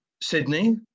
Sydney